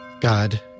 God